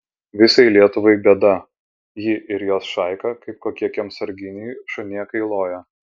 visai lietuvai bėda ji ir jos šaika kaip kokie kiemsarginiai šunėkai loja